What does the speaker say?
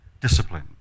discipline